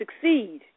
succeed